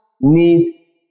need